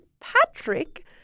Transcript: Patrick